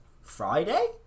friday